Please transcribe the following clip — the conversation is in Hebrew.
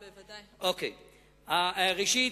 ראשית,